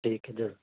ٹھیک ہے